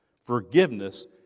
Forgiveness